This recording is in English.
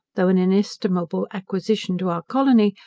though an inestimable acquisition to our colony,